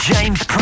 James